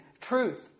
truth